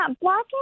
Black